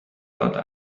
داده